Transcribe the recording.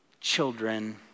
children